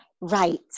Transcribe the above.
Right